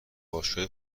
باشگاه